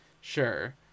Sure